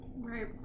Right